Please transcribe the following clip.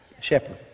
Shepherd